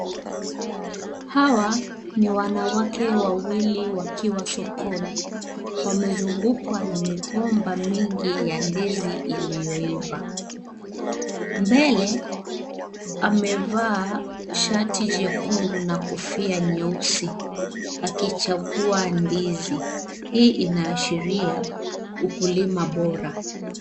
Hawa ni wanawake wawili wakiwa sokoni. Wamezungukwa na migomba mingi ya ndizi iliyoiva. Mbele, amevaa shati jekundu na kofia nyeusi akichagua ndizi. Hii inaashiria ukulima bora.